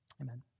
Amen